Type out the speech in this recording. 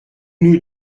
nous